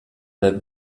der